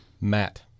Matt